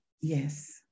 Yes